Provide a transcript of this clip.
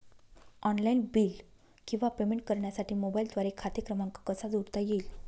Online bill किंवा payment करण्यासाठी मोबाईलद्वारे खाते क्रमांक कसा जोडता येईल?